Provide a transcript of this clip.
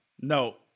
no